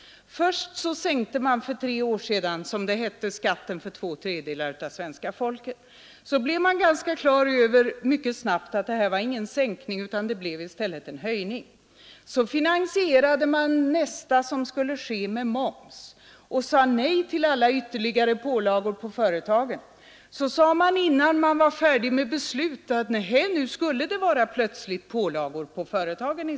Först sänkte man för tre år sedan, som det hette, skatten för två tredjedelar av svenska folket. Så blev man mycket snabbt på det klara med att det inte var någon sänkning utan i stället en höjning. Därefter finansierade man nästa skattesänkning med moms och sade nej till alla ytterligare pålagor på företagen. Innan man var färdig med beslut, sade man plötsligt att nu skulle det vara pålagor på företagen.